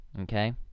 Okay